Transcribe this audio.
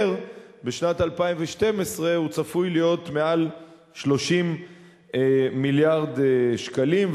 בשנת 2012 צפוי להיות מעל 30 מיליארד שקלים,